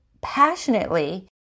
passionately